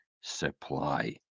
supply